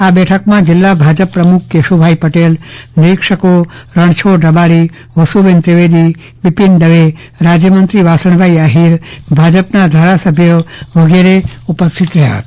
આ બેઠકમાં જિલ્લા ભાજપ પ્રમુખ કેશુભાઈ પટેલ નિરીક્ષકો રણછોડ રબારી વસુબેન ત્રિવેદી બિપીન દવે રાજ્યમંત્રી વાસણભાઈ આહિર ભાજપના ધારાસભ્યો ઉપસ્થિત રહ્યા હતા